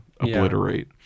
obliterate